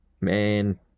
man